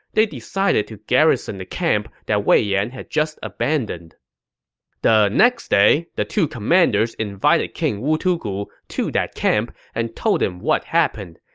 they decided to garrison the camp that wei yan had abandoned the next day, the two commanders invited king wu tugu to that camp and told him what happened.